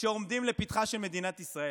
שעומדים לפתחה של מדינת ישראל,